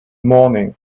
morning